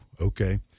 okay